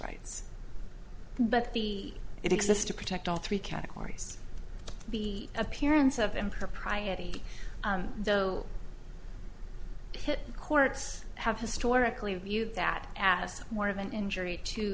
rights but the it exists to protect all three categories the appearance of impropriety though courts have historically viewed that asked more of an injury to